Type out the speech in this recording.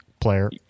player